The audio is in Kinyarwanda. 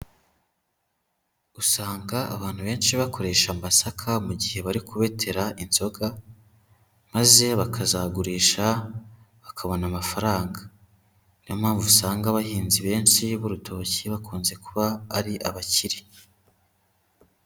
Usanga abantu benshi bakoresha amasaka mu gihe bari kubetera inzoga, maze bakazagurisha bakabona amafaranga. Niyo mpamvu usanga abahinzi benshi b'urutoki bakunze kuba ari abakire.